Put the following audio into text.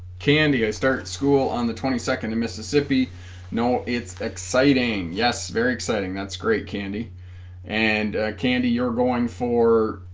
candy i started school on the twenty second in mississippi no it's exciting yes very exciting that's great candy and candy you're going for